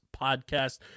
podcast